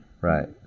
Right